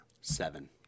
Seven